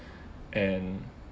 and